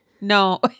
No